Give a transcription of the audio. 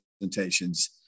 presentations